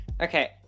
Okay